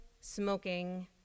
smoking